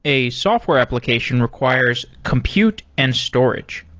a software application requires compute and storage.